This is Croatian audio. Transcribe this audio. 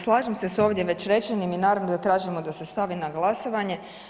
Slažem se s ovdje već rečenim, naravno da tražimo da se stavi na glasovanje.